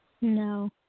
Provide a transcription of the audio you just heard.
No